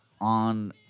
on